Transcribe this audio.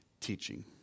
teaching